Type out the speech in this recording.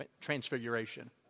Transfiguration